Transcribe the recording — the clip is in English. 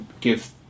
give